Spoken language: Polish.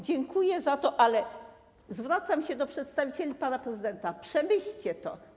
Dziękuję za to, ale zwracam się do przedstawicieli pana prezydenta: przemyślcie to.